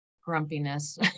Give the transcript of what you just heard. grumpiness